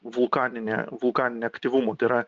vulkaninę vulkaninį aktyvumą tai yra